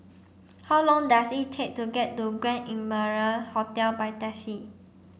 how long does it take to get to Grand Imperial Hotel by taxi